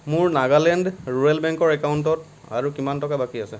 মোৰ নাগালেণ্ড ৰুৰেল বেংকৰ একাউণ্টত আৰু কিমান টকা বাকী আছে